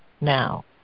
now